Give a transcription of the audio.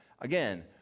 Again